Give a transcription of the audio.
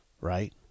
right